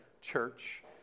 church